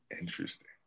Interesting